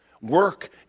Work